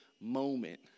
moment